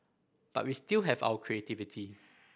but we still have our creativity